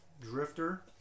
Drifter